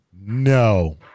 no